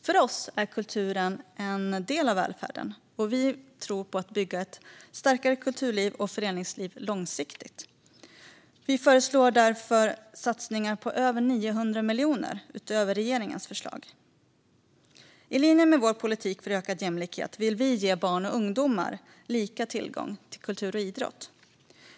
För oss är kulturen en del av välfärden, och vi tror på att bygga ett starkare kulturliv och föreningsliv långsiktigt. Vi föreslår därför satsningar på över 900 miljoner utöver regeringens förslag. I linje med vår politik för ökad jämlikhet vill vi ge barn och ungdomar lika tillgång till kultur och idrott.